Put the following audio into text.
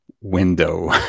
window